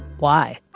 why?